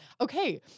okay